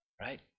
Right